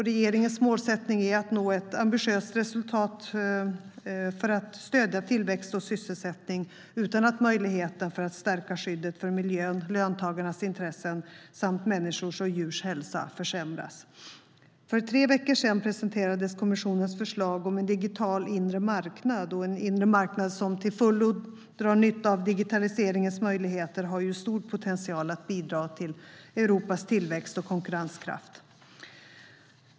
Regeringens målsättning är att nå ett ambitiöst resultat för att stödja tillväxt och sysselsättning utan att möjligheten att stärka skyddet för miljön, löntagarnas intressen samt människors och djurs hälsa försämras. För tre veckor sedan presenterades kommissionens förslag om en digital inre marknad. En inre marknad som till fullo drar nytta av digitaliseringens möjligheter har stor potential att bidra till Europas tillväxt och konkurrenskraft.